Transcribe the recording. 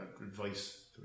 advice